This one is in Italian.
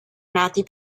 nati